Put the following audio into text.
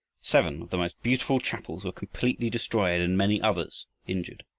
seven of the most beautiful chapels were completely destroyed and many others injured.